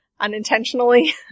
unintentionally